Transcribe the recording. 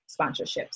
sponsorships